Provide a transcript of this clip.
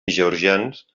georgians